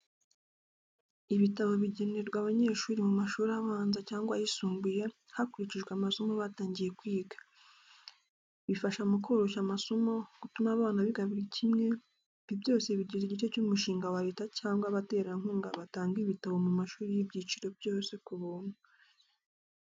Ibitabo bigenerwa abanyeshuri mu mashuri abanza cyangwa ayisumbuye, hakurikijwe amasomo batangiye kwiga. Bifasha mu koroshya amasomo, gutuma abana biga buri kimwe, ibi byose bigize igice cy’umushinga wa leta cyangwa abaterankunga batanga ibitabo mu mashuri y'ibyiciro byose ku buntu.